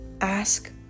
Ask